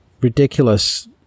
ridiculous